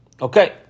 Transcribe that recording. Okay